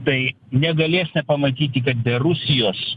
tai negalės nepamatyti kad be rusijos